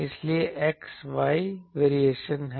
इसलिए x y variation है